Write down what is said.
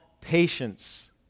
patience